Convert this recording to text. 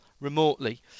remotely